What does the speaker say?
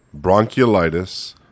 bronchiolitis